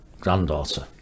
granddaughter